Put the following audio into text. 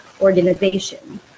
organization